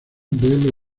del